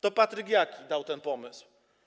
To Patryk Jaki dał ten pomysł.